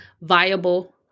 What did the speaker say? viable